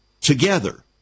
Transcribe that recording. Together